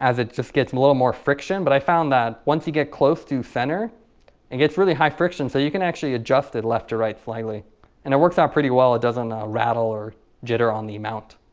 as it just gets a little more friction but i found that once you get close to center it gets really high friction so you can actually adjust it left to right slightly and it works out pretty well. it doesn't rattle or jitter on the mount